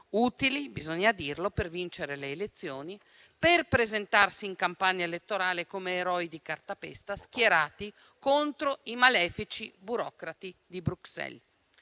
utili - bisogna dirlo - per vincere le elezioni, presentandosi in campagna elettorale come eroi di cartapesta, schierati contro i malefici burocrati di Bruxelles.